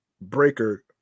breaker